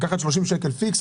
לקחת 30 שקלים פיקס,